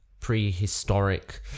prehistoric